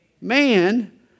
man